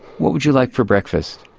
what would you like for breakfast?